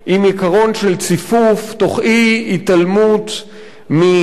עם עיקרון של ציפוף תוך התעלמות מהצרכים,